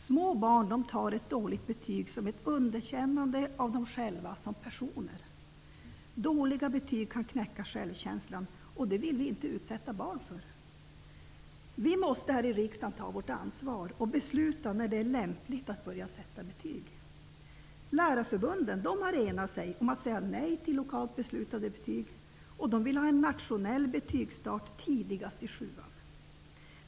Små barn tar ett dåligt betyg som ett underkännande av dem själva som personer. Dåliga betyg kan knäcka självkänslan, och det vill vi inte utsätta barn för. Vi måste här i riksdagen ta vårt ansvar och besluta när det är lämpligt att börja sätta betyg. Lärarförbunden har enat sig om att säga nej till lokalt beslutade betyg. De vill ha en nationell betygsstart tidigast i sjuan.